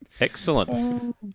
Excellent